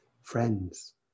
friends